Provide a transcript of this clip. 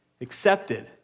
accepted